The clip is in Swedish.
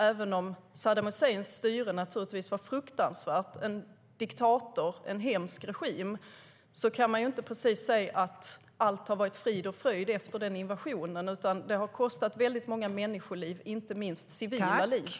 Även om Saddam Husseins styre naturligtvis var fruktansvärt - han var diktator i en hemsk regim - kan man inte se att allt har varit frid och fröjd efter invasionen där, utan det har kostat väldigt många människoliv, inte minst civila liv.